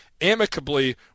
amicably